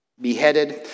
beheaded